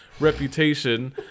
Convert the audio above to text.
reputation